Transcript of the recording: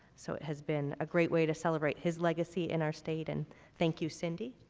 so it has been a great way to celebrate his legacy in our state, and thank you, cindy.